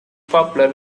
popular